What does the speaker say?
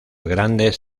grandes